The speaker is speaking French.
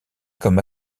comme